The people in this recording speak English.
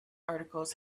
articles